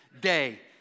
day